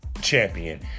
champion